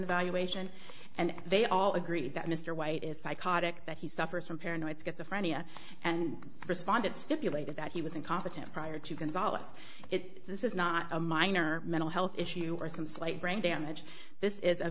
evaluation and they all agree that mr white is psychotic that he suffers from paranoid schizophrenia and responded stipulated that he was incompetent prior to consolidate it this is not a minor mental health issue or some slight brain damage this is a